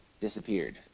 disappeared